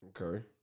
Okay